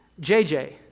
JJ